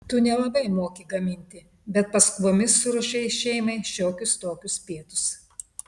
tu nelabai moki gaminti bet paskubomis suruošei šeimai šiokius tokius pietus